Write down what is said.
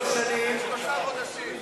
יותר ממה שאתם עשיתם בשלושה חודשים.